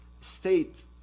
state